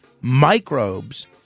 microbes